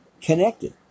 connected